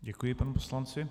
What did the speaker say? Děkuji panu poslanci.